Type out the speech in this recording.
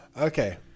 Okay